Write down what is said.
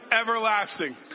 everlasting